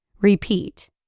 repeat